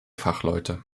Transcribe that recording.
fachleute